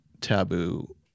taboo